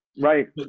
right